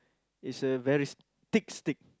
is a very thick steak